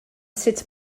sut